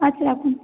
আচ্ছা রাখুন